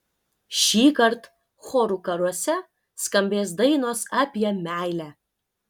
šįkart chorų karuose skambės dainos apie meilę